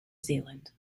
zealand